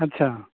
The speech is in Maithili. अच्छा